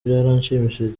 byaranshimishije